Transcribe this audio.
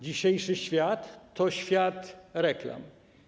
Dzisiejszy świat to świat reklam.